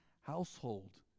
household